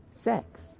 Sex